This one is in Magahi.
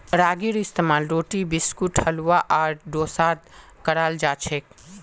रागीर इस्तेमाल रोटी बिस्कुट हलवा आर डोसात कराल जाछेक